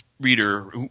reader